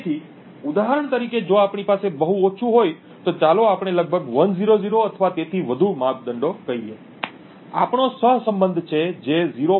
તેથી ઉદાહરણ તરીકે જો આપણી પાસે બહુ ઓછું હોય તો ચાલો આપણે લગભગ 100 અથવા તેથી વધુ માપદંડો કહીએ આપણો સહસંબંધ છે જે 0